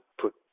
put